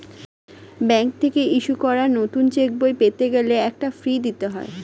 bank থেকে issue করা নতুন চেকবই পেতে গেলে একটা ফি দিতে হয়